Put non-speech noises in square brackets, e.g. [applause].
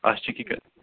اَسہِ چھِ [unintelligible]